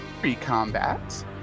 pre-combat